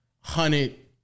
hundred